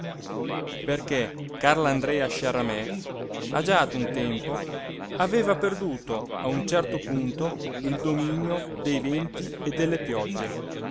lui perché carlandrea sciaramè agiato un tempo aveva perduto a un certo punto il dominio dei venti e delle piogge